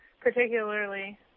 particularly